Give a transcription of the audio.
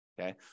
okay